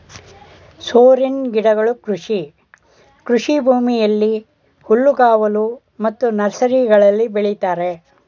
ಸೋರೆನ್ ಗಿಡಗಳು ಕೃಷಿ ಕೃಷಿಭೂಮಿಯಲ್ಲಿ, ಹುಲ್ಲುಗಾವಲು ಮತ್ತು ನರ್ಸರಿಗಳಲ್ಲಿ ಬೆಳಿತರೆ